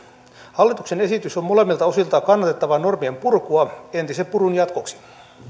hallituksen esitys on molemmilta osiltaan kannatettavaa normienpurkua entisen purun jatkoksi